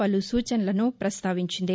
పలు సూచనలను ప్రస్తావించింది